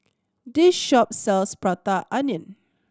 this shop sells Prata Onion